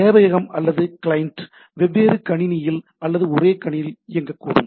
சேவையகம் அல்லது கிளையன்ட் வெவ்வேறு கணினியில் அல்லது ஒரே கணினியில் இயங்கக்கூடும்